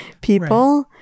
people